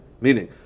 Meaning